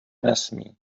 nesmí